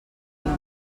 una